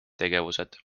tegevused